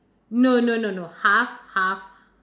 no no no no half half